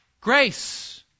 Grace